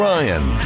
Ryan